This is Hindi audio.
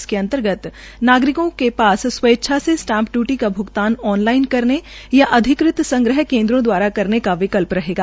इसके अंतर्गत नागरिकों के ास स्वेच्छा से स्टाम् डयूटी का भ्गतान ऑन लाइन करने या अधिकृत संग्रह केन्द्रों दवारा करने का विकल् रहेगा